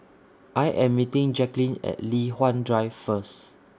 I Am meeting Jaqueline At Li Hwan Drive First